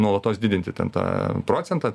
nuolatos didinti ten tą procentą